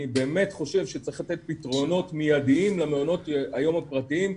באמת חושב שצריך לתת פתרונות מידיים למעונות היום הפרטיים,